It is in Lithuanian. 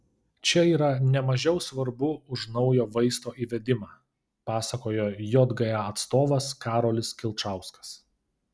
čia yra ne mažiau svarbu už naujo vaisto įvedimą pasakojo jga atstovas karolis kilčauskas